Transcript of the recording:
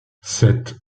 sept